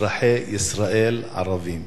אזרחי ישראל ערבים,